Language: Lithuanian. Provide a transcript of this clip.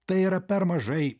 tai yra per mažai